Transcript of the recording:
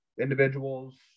individuals